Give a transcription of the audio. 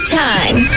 time